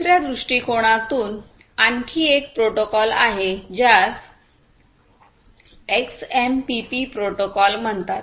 दुसर्या दृष्टिकोनातून आणखी एक प्रोटोकॉल आहे ज्यास एक्सएमपीपी प्रोटोकॉल म्हणतात